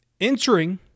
entering